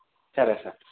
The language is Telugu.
సరే సార్